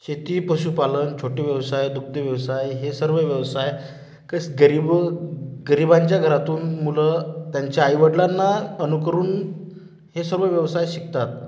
शेती पशुपालन छोटे व्यवसाय दुग्धव्यवसाय हे सर्व व्यवसाय क गरीब गरिबांच्या घरातून मुलं त्यांच्या आईवडिलांना अनुकरून हे सर्व व्यवसाय शिकतात